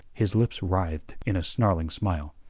his lips writhed in a snarling smile.